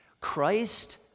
Christ